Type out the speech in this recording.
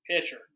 Pitcher